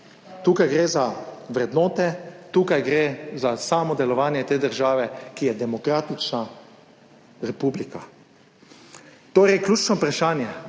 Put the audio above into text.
Tukaj gre za vrednote, tukaj gre za samo delovanje te države, ki je demokratična republika. Torej, ključno vprašanje